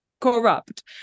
corrupt